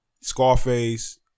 Scarface